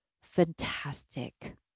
fantastic